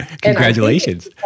Congratulations